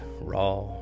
raw